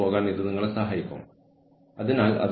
ഉത്തരവാദിത്തം ഏറ്റെടുക്കുന്നതും ഒഴിവാക്കലും